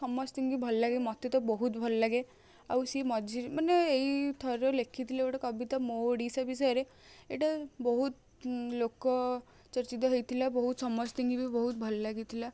ସମସ୍ତିଙ୍କି ଭଲ ଲାଗେ ମୋତେ ତ ବହୁତ ଭଲ ଲାଗେ ଆଉ ସିଏ ମଝି ମାନେ ଏଇ ଥର ଲେଖିଥିଲେ ଗୋଟେ କବିତା ମୋ ଓଡ଼ିଶା ବିଷୟରେ ଏଇଟା ବହୁତ ଲୋକ ଚର୍ଚିତ ହେଇଥିଲା ବହୁତ ସମସ୍ତିଙ୍କି ବି ବହୁତ ଭଲ ଲାଗିଥିଲା